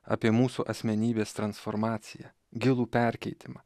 apie mūsų asmenybės transformaciją gilų perkeitimą